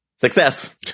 Success